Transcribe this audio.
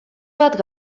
bat